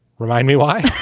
remind me why